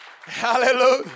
Hallelujah